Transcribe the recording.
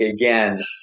again